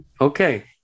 Okay